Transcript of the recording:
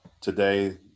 today